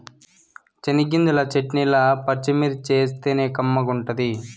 చెనగ్గింజల చెట్నీల పచ్చిమిర్చేస్తేనే కమ్మగుంటది